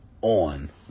on